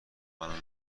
منو